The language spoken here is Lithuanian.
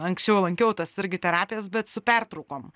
anksčiau lankiau tas irgi terapijas bet su pertraukom